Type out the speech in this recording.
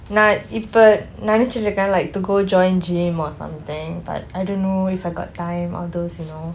நான் இப்பே நினைச்சு இருக்கேன்:naan ippei ninaichu irukken like to go join gym or something but I don't know if I got time outdoors you know